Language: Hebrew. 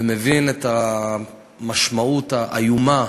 ומבין את המשמעות האיומה,